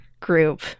group